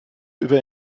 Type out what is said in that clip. über